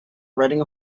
riding